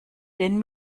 den